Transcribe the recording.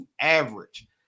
average